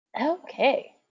Okay